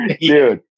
Dude